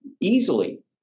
easily